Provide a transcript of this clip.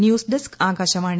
news desk Akashvani